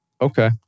Okay